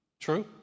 True